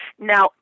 Now